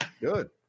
Good